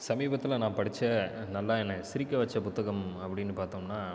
சமீபத்தில் நான் படித்த நல்லா என்னை சிரிக்க வைச்ச புத்தகம் அப்படினு பார்த்தோம்னா